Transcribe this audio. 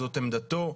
זאת עמדתו.